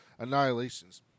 annihilations